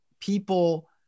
people